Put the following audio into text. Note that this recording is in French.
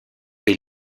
des